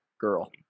girl